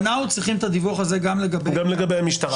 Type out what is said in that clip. אנחנו צריכים את הדיווח הזה גם לגבי המשטרה,